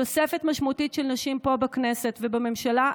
תוספת משמעותית של נשים פה בכנסת ובממשלה.